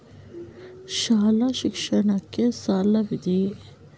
ಶಾಲಾ ಶಿಕ್ಷಣಕ್ಕೆ ಸಾಲವಿದೆಯೇ?